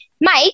Mike